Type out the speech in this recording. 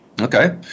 Okay